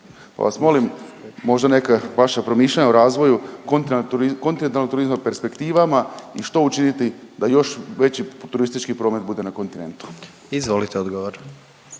pa vas molim, možda neka vaša promišljanja o razvoju kontinentalnog turizma, perspektivama i što učiniti da još veći turistički promet bude na kontinentu? **Jandroković,